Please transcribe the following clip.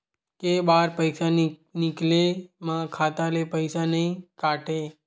के बार पईसा निकले मा खाता ले पईसा नई काटे?